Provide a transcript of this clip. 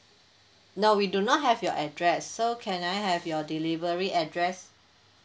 no we do not have your address so can I have your delivery address